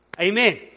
Amen